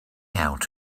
out